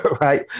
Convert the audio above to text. right